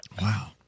Wow